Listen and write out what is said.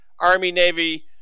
Army-Navy